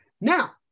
Now